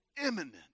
imminent